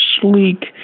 sleek